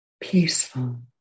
peaceful